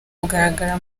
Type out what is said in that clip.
kugaragara